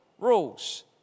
rules